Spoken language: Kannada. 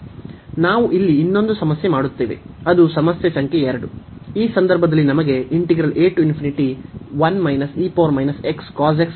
ನಾವು ಇಲ್ಲಿ ಇನ್ನೊಂದು ಸಮಸ್ಯೆ ಮಾಡುತ್ತೇವೆ ಅದು ಸಮಸ್ಯೆ ಸಂಖ್ಯೆ 2